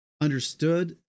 understood